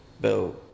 bill